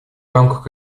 рамках